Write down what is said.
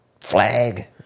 flag